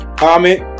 comment